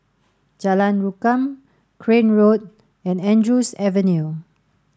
Jalan Rukam Crane Road and Andrews Avenue